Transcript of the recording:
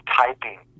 typing